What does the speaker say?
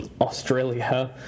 australia